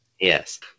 Yes